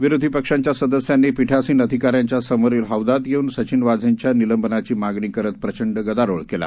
विरोधी पक्षांच्या सदस्यांनी पीठासीन अधिकाऱ्यांच्या समोरील हौदात येऊन सचिन वाझेच्या निलंबनाची मागणी करत प्रचंड गदारोळ केला